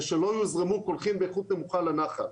זה שלא יזרמו קולחים באיכות נמוכה לנחל.